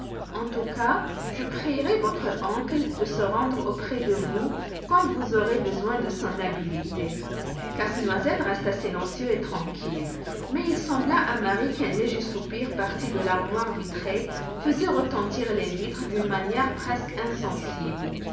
en tout cas je prierai votre oncle de se rendre auprès de vous quand vous aurez besoin de son habileté casse-noisette resta silencieux et tranquille mais il sembla à marie qu'un léger soupir parti de l'armoire vitrée faisait retentir les vitres d'une manière presque insensible